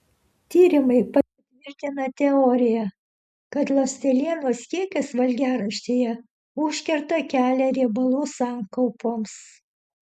tyrimai patvirtina teoriją kad ląstelienos kiekis valgiaraštyje užkerta kelią riebalų sankaupoms